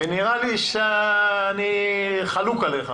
ונראה לי שאני חלוק עליך,